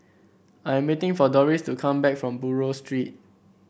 I am waiting for Dorris to come back from Buroh Street